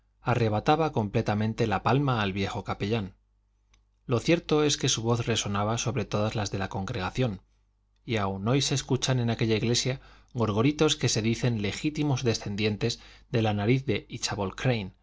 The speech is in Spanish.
arrebataba completamente la palma al viejo capellán lo cierto es que su voz resonaba sobre todas las de la congregación y aun hoy se escuchan en aquella iglesia gorgoritos que se dicen legítimos descendientes de la nariz de